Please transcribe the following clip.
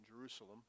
Jerusalem